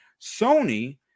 Sony